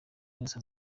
yose